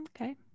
Okay